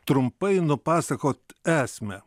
trumpai nupasakot esmę